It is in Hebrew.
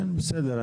בסדר.